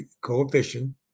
coefficient